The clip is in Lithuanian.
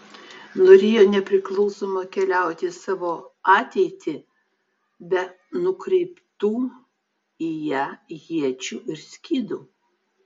norėjo nepriklausoma keliauti į savo ateitį be nukreiptų į ją iečių ir skydų